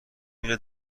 میره